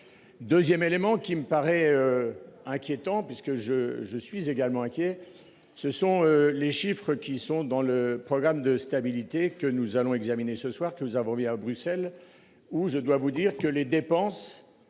2ème élément qui me paraît. Inquiétant puisque je, je suis également inquiet. Ce sont les chiffres qui sont dans le programme de stabilité que nous allons examiner ce soir que nous avons mis à Bruxelles où je dois vous dire que les dépenses